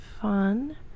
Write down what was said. fun